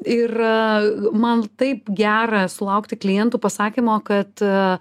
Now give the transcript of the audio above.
ir man taip gera sulaukti klientų pasakymo kad